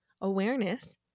awareness